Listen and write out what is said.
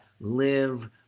live